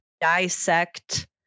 dissect